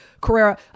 Carrera